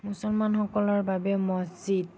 মুছলমানসকলৰ বাবে মহজিদ